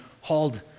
hauled